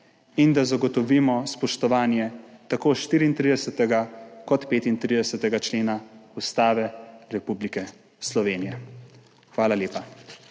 in da zagotovimo spoštovanje tako 34. kot 35. člena Ustave Republike Slovenije. Hvala lepa.